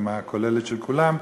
בהסכמה כוללת של כולם,